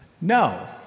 No